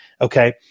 Okay